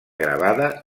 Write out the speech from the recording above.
gravada